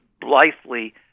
blithely